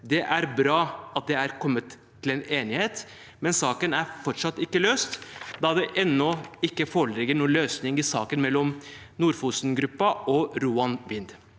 Det er bra at en er kommet til en enighet, men saken er fortsatt ikke løst da det ennå ikke foreligger noen løsning i saken mellom Nord-Fosen-gruppen og Roan Vind.